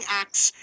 acts